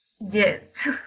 Yes